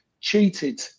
cheated